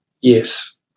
yes